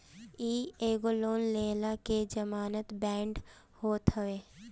इ एगो लोन लेहला के जमानत बांड होत हवे